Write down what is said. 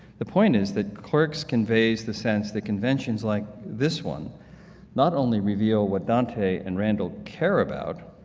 the point is that clerks conveys the sense that conventions like this one not only reveal what dante and randall care about,